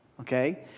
okay